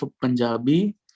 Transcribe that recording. Punjabi